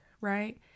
right